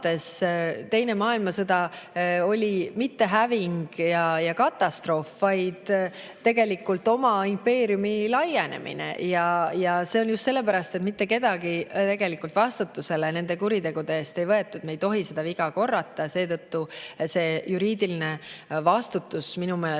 teine maailmasõda polnud mitte häving ja katastroof, vaid oma impeeriumi laienemine. Ja see on just sellepärast, et mitte kedagi tegelikult vastutusele nende kuritegude eest ei võetud. Me ei tohi seda viga korrata, seetõttu see juriidiline vastutus minu meelest